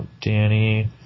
Danny